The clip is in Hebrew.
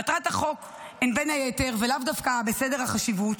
מטרות החוק הן בין היתר, ולאו דווקא בסדר החשיבות: